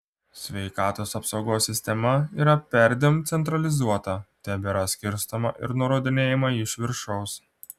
sveikatos apsaugos sistema yra perdėm centralizuota tebėra skirstoma ir nurodinėjama iš viršaus